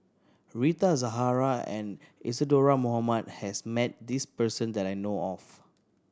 Rita Zahara and Isadhora Mohamed has met this person that I know of